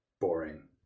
boring